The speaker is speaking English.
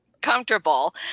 comfortable